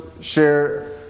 share